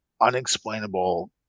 unexplainable